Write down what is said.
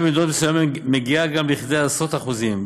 ובמדינות מסוימות היא מגיעה גם לכדי עשרות אחוזים.